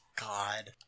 god